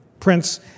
Prince